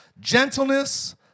gentleness